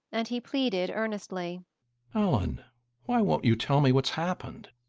and he pleaded earnestly ellen why won't you tell me what's happened?